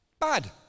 Bad